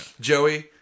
Joey